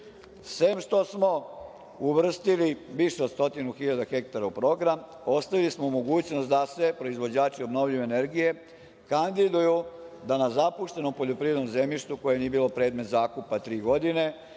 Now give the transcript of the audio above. sem što smo uvrstili više od stotinu hiljada hektara u program, ostavili smo mogućnost da se proizvođači obnovljive energije kandiduju da na zapuštenom poljoprivrednom zemljištu koje nije bilo predmet zakupa tri godine